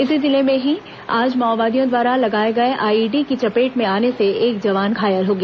इसी जिले में ही आज माओवादियों द्वारा लगाए गए आईईडी की चपेट में आने से एक जवान घायल हो गया